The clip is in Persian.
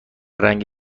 رنگ